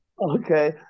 Okay